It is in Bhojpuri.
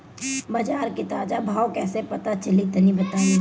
बाजार के ताजा भाव कैसे पता चली तनी बताई?